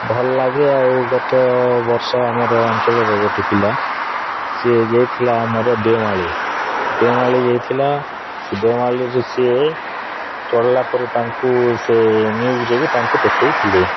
ଭଲ ଲାଗେ ଆଉ ଗତ ବର୍ଷ ଆମର ଅଞ୍ଚଳରୁ ଗୋଟେ ପିଲା ସେ ଯାଇଥିଲା ଆମର ଦେଓମାଳି ଦେଓମାଳି ଯାଇଥିଲା ଦେଓମାଳିରେ ସେ ଚଢ଼ିଲା ପରେ ତାଙ୍କୁ ସେ ନ୍ୟୁଜ୍ରେ ବି ତାଙ୍କୁ ଦେଖେଇ ଥିଲେ